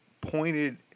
pointed